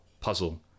puzzle